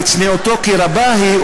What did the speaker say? בצניעותו כי רבה היא,